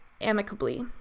amicably